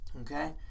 Okay